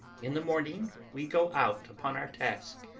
in the morning we go out upon our task,